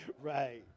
Right